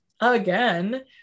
again